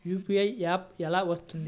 UPI app ఎలా వస్తుంది?